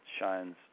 shines